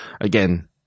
again